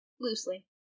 loosely